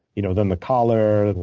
you know then, the collar,